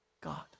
God